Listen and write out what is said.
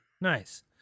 nice